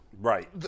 Right